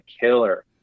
killer